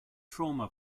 trauma